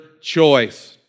choice